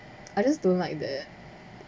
I just don't like that